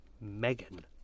Megan